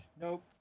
Nope